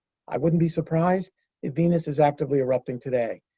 i wouldn't be surprised if venus is actively erupting today,